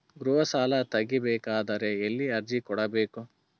ಗೃಹ ಸಾಲಾ ತಗಿ ಬೇಕಾದರ ಎಲ್ಲಿ ಅರ್ಜಿ ಕೊಡಬೇಕು?